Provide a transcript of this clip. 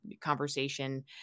conversation